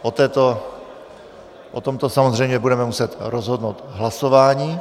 O tomto samozřejmě budeme muset rozhodnout v hlasování.